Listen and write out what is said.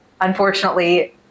unfortunately